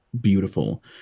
beautiful